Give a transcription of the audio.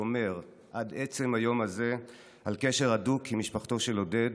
שומר עד עצם היום הזה על קשר הדוק עם משפחתו של עודד.